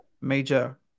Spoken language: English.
major